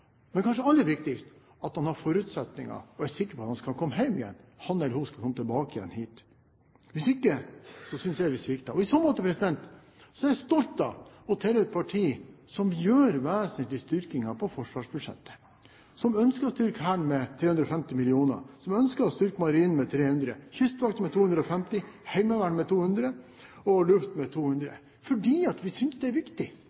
Men kanskje aller viktigst, at de har forutsetninger for og er sikre på at de – han eller hun – skal komme hjem igjen. Hvis ikke, synes jeg vi svikter. I så måte er jeg stolt av å tilhøre et parti som foretar vesentlig styrking av forsvarsbudsjettet, som ønsker å styrke Hæren med 350 mill. kr, som ønsker å styrke Marinen med 300 mill. kr, Kystvakten med 250 mill. kr, Heimevernet med 200 mill. kr og Luftforsvaret med 200 mill. kr, fordi vi synes det er viktig.